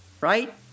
right